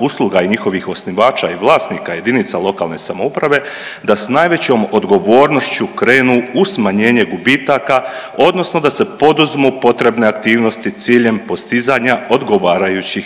usluga i njihovih osnivača i vlasnika jedinica lokalne samouprave da s najvećom odgovornošću krenu u smanjenje gubitaka, odnosno da se poduzmu potrebne aktivnosti ciljem postizanja odgovarajućih vidljivih